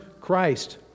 Christ